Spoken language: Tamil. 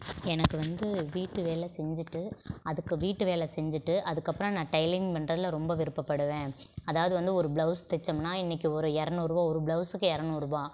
எனக்கு வந்து வீட்டு வேலை செஞ்சிகிட்டு அதுக்கு வீட்டு வேலை செஞ்சிகிட்டு அதுக்கப்புறம் நான் டைலரிங் பண்ணறதில் ரொம்ப விருப்பப்படுவேன் அதாவது வந்து ஒரு ப்ளவுஸ் தச்சோம்னா இன்னைக்கு ஒரு இரநூறுவா ஒரு ப்ளவுஸுக்கு இரநூறுபா